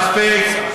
מספיק, מספיק.